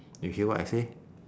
you hear what I say